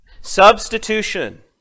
Substitution